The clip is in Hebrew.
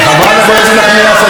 חברת הכנסת נחמיאס,